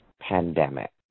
pandemic